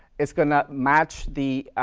is gonna match the